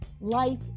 life